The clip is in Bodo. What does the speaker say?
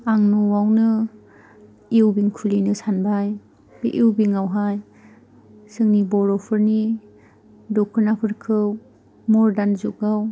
आं न'आवनो उवेभिं खुलिनो सानबाय बे उवेभिंआवहाय जोंनि बर'फोरनि दख'नाफोरखौ मडार्न जुगाव